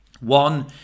one